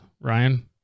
Ryan